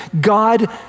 God